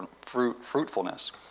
fruitfulness